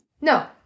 No